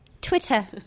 Twitter